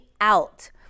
out